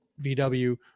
VW